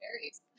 varies